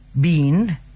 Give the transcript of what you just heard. Bean